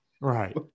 Right